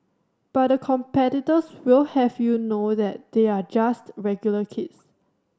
but the competitors will have you know that they are just regular kids